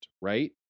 right